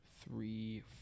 three